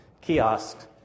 kiosk